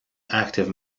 active